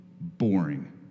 Boring